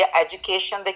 education